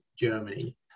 Germany